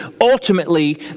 ultimately